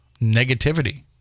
negativity